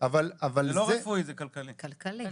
זה לא רפואי, זה כלכלי.